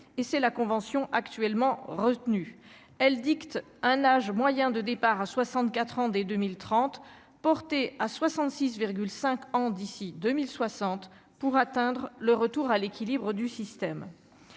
et c'est la convention actuellement retenus elle dicte un âge moyen de départ à 64 ans, dès 2030, portée à 66 5 ans d'ici 2000 60 pour atteindre le retour à l'équilibre du système.